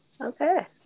Okay